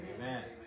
Amen